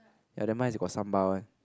and then mine is got sambal one